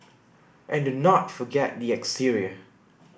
and do not forget the exterior